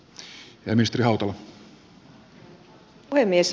arvoisa puhemies